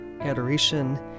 adoration